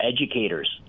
educators